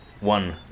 one